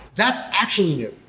that's actually new.